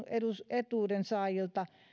etuudensaajilta